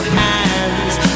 hands